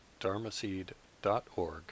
dharmaseed.org